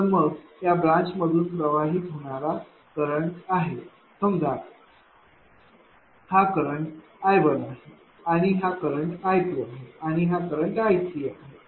तर मग या ब्रांच मधून प्रवाहित होणारा करंट आहे समजा हा करंट I1आहे हा करंट I2आहे आणि हा करंट I3आहे